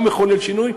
גם מחולל שינוי,